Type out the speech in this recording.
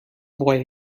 boy